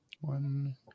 One